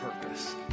purpose